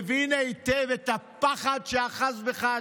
מבין היטב את הפחד שאחז בך,